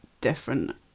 different